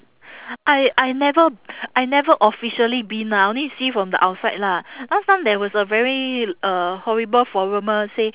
I I never I never officially been lah I only see from the outside lah last time there was a very uh horrible forumer say